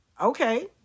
Okay